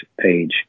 page